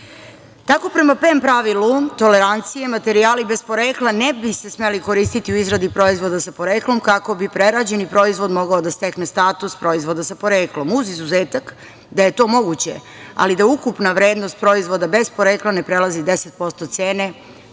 prema PEM pravilu, tolerancija, materijali bez porekla ne bi se smeli koristiti u izradi proizvoda sa poreklom, kako bi prerađeni proizvod mogao da stekne status proizvoda sa poreklom, uz izuzetak da je to moguće, ali da ukupna vrednost proizvoda bez porekla ne prelazi 10% cene